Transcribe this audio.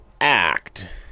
act